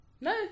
no